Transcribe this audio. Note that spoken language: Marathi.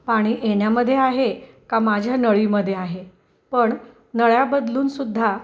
पाणी येण्यामध्ये आहे का माझ्या नळीमध्ये आहे पण नळ्या बदलूनसुद्धा